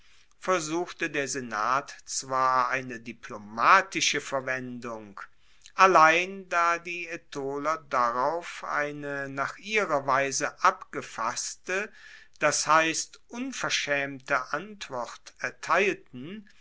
versuchte der senat zwar eine diplomatische verwendung allein da die aetoler darauf eine nach ihrer weise abgefasste das heisst unverschaemte antwort erteilten